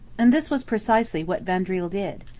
and this was precisely what vaudreuil did.